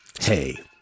Hey